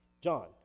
John